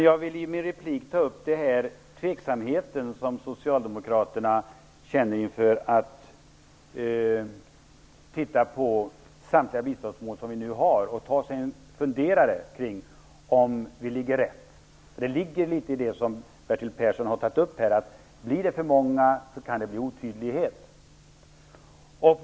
Jag vill i min replik ta upp den tveksamhet som socialdemokraterna känner inför att man skall titta på samtliga biståndsmål som nu finns och ta sig en funderare kring om vi gör rätt. Det ligger litet i det som Bertil Persson tog upp om att det kan bli en otydlighet om det blir för många mål.